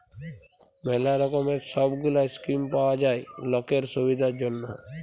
ম্যালা রকমের সব গুলা স্কিম পাওয়া যায় লকের সুবিধার জনহ